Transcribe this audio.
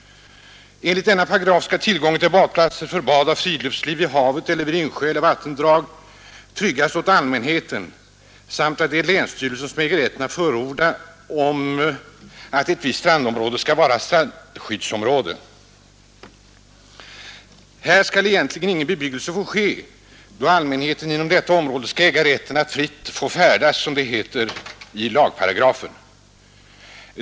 Enligt denna paragraf skall tillgången till platser för bad och friluftsliv vid havet, insjöar eller vattendrag tryggas åt allmänheten. Länsstyrelsen äger rätt att förordna att ett visst strandområde skall vara strandskyddsområde. Där skall egentligen ingen bebyggelse få ske, då allmänheten inom detta område skall äga rätten att fritt få färdas, som det heter i lagparagrafen.